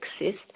exist